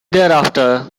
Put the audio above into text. thereafter